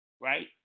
right